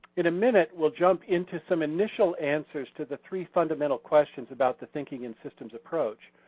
in a minute we'll jump into some initial answers to the three fundamental questions about the thinking in systems approach.